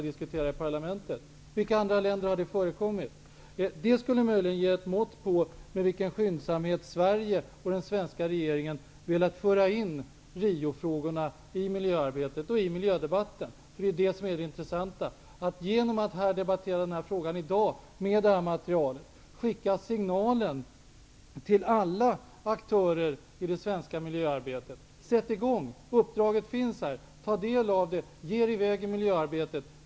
I vilka andra länder har det förekommit? Det skulle möjligen ge ett mått på med vilken skyndsamhet Sverige och den svenska regeringen velat föra in Riofrågorna i miljöarbetet och i miljödebatten. Det är det som är det intressanta. Genom att debattera den här frågan i dag, med det här materialet som grund, skickas signalen till alla aktörer i det svenska miljöarbetet: Sätt i gång! Uppdraget finns här. Ta del av det, ge er i väg i miljöarbetet!